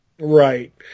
Right